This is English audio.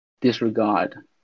disregard